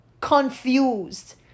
confused